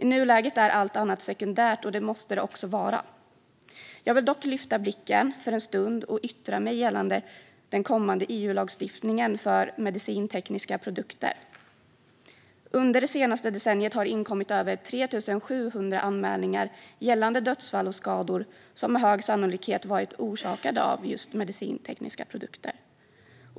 I nuläget är allt annat sekundärt, och det måste det också vara. Jag vill dock lyfta blicken för en stund och yttra mig gällande den kommande EU-lagstiftningen för medicintekniska produkter. Under det senaste decenniet har det inkommit över 3 700 anmälningar gällande dödsfall och skador som med hög sannolikhet varit orsakade av just medicintekniska produkter.